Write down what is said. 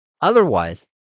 Otherwise